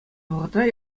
вӑхӑтра